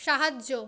সাহায্য